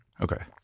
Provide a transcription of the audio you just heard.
Okay